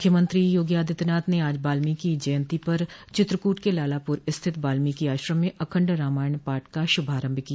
मुख्यमंत्री योगी आदित्यनाथ ने आज बाल्मीकी जयन्ती पर चित्रकूट के लालापुर स्थित बाल्मीकी आश्रम में अखंड रामायण पाठ का शुभारंभ किया